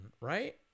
right